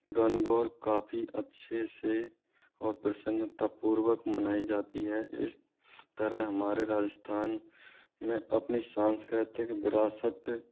गणगौर काफ़ी अच्छे से और प्रसन्नता पूर्वक मनाई जाती है इस तरह हमारे राजस्थान में अपनी सांस्कृतिक विरासत